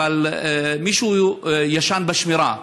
אבל מישהו ישן בשמירה.